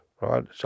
right